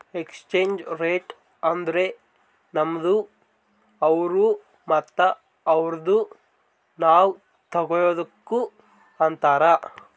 exchange rate ಅಂದುರ್ ನಮ್ದು ಅವ್ರು ಮತ್ತ ಅವ್ರುದು ನಾವ್ ತಗೊಳದುಕ್ ಅಂತಾರ್